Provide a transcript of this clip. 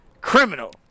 criminal